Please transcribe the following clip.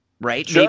right